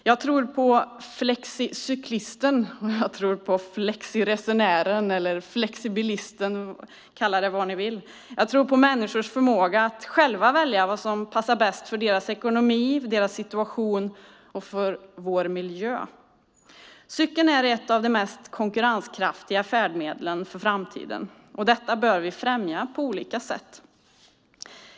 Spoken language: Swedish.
Jag tror på flexicyklisten, och jag tror på flexiresenären eller flexibilisten - kalla det vad ni vill. Jag tror på människors förmåga att själva välja vad som passar bäst för deras ekonomi och situation och för vår miljö. Cykeln är ett av de mest konkurrenskraftiga färdmedlen för framtiden, och detta bör vi främja på olika sätt.